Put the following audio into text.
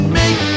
make